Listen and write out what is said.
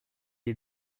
est